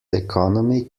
economy